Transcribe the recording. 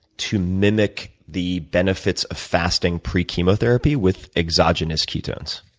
to mimic the benefits of fasting pre-chemotherapy with exogenous ketones?